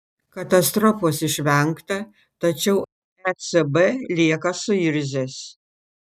katastrofos išvengta tačiau ecb lieka suirzęs